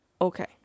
okay